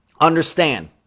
understand